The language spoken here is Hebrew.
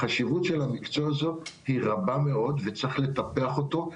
החשיבות של המקצוע הזה היא רבה מאוד וצריך לטפח אותו.